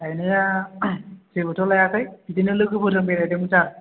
ओरैनो जेबोथ' लायाखै बिदिनो लोगोफोरजों बेरायहैदोंमोन सार